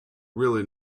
really